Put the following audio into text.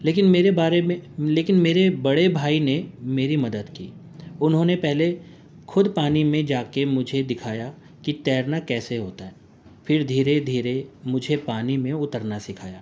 لیکن میرے بارے میں لیکن میرے بڑے بھائی نے میری مدد کی انہوں نے پہلے خود پانی میں جا کے مجھے دکھایا کہ تیرنا کیسے ہوتا ہے پھر دھیرے دھیرے مجھے پانی میں اترنا سکھایا